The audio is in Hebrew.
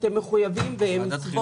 אתם מחויבים --- זו ועדת החינוך?